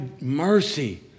mercy